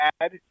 add